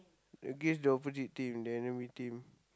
against the opposite team the enemy team